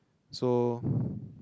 so